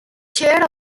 chair